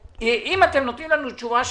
שאם אתם נותנים לנו תשובה שלילית,